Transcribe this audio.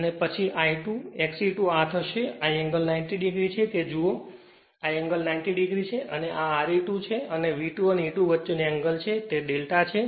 અને તે પછી I2 XE2 આ થશે અને આ એંગલ 90 o છે તે જુઓ કે આ એંગલ 90 o છે અને આ Re2 છે અને V2 અને E2 વચ્ચેનો એંગલ ∂ છે તે ∂ છે